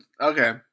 Okay